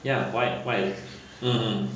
ya why why mmhmm